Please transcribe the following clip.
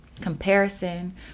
comparison